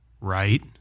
Right